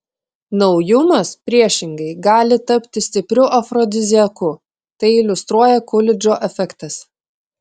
naujumas priešingai gali tapti stipriu afrodiziaku tai iliustruoja kulidžo efektas